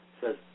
says